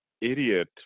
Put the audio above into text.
idiot